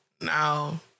No